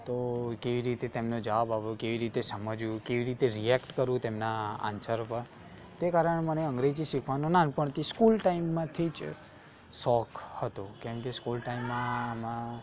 તો કેવી રીતે તેમને જવાબ આપવો કેવી રીતે સમજવું કેવી રીતે રિએક્ટ કરવું તેમના આન્સર ઉપર તે કારણે મને અંગ્રેજી શીખવાનો નાનપણથી સ્કૂલ ટાઇમાંથી જ શોખ હતો કેમ કે સ્કૂલ ટાઇમમાં માં